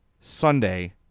Sunday